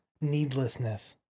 needlessness